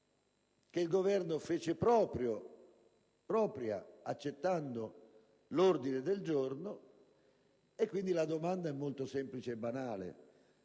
che il Governo fece propria accettando l'ordine del giorno. Quindi, la domanda è molto semplice e banale: